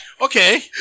Okay